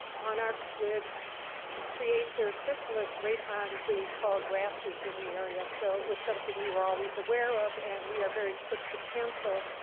monarchs would create their chrysalis right on three tall grasses in the area, so it was something we were always aware of. and we are very quick to cancel